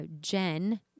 Jen